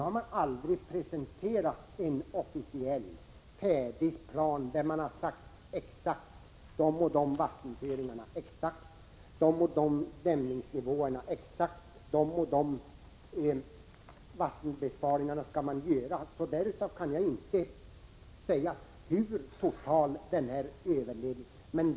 Bolaget har aldrig presenterat någon officiell, färdig plan med exakta uppgifter om vattenföringar, dämpningsnivåer eller vattenbesparingar, och därför kan jag inte säga hur total överledningen blir.